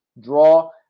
draw